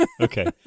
okay